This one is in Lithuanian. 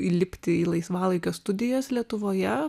įlipti į laisvalaikio studijas lietuvoje